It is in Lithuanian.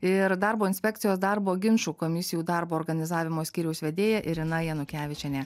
ir darbo inspekcijos darbo ginčų komisijų darbo organizavimo skyriaus vedėja irina janukevičienė